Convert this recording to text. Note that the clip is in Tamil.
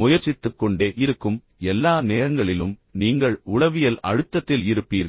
முயற்சித்துக்கொண்டே இருக்கும் எல்லா நேரங்களிலும் நீங்கள் உளவியல் அழுத்தத்தில் இருப்பீர்கள்